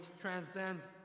transcends